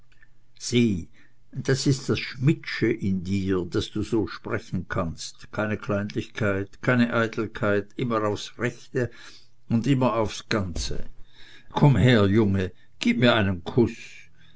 sieh das ist das schmidtsche in dir daß du so sprechen kannst keine kleinlichkeit keine eitelkeit immer aufs rechte und immer aufs ganze komm her junge gib mir einen kuß